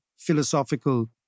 philosophical